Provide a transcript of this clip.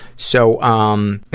so, um,